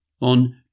on